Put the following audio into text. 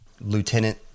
lieutenant